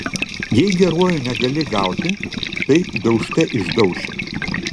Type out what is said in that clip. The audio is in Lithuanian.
jei geruoju negali gauti tai daužte išdauši